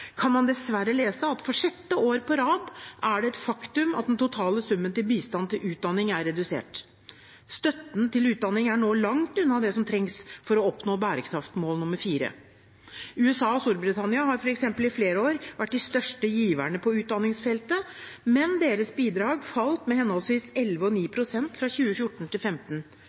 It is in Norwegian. kan man dessverre lese at for sjette år på rad er det et faktum at den totale summen til bistand til utdanning er redusert. Støtten til utdanning er nå langt unna det som trengs for å oppnå bærekraftsmål nr. 4. USA og Storbritannia har f.eks. i flere år vært de største giverne på utdanningsfeltet, men deres bidrag falt med henholdsvis 11 pst. og 9 pst. fra 2014 til